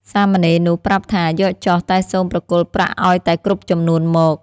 សាមណេរនោះប្រាប់ថា "យកចុះ! តែសូមប្រគល់ប្រាក់ឲ្យតែគ្រប់ចំនួនមក"។